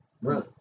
Run